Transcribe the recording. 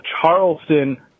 Charleston